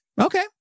Okay